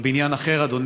אבל בעניין אחר, אדוני: